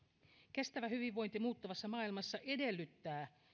kestävä hyvinvointi muuttuvassa maailmassa edellyttää